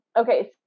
Okay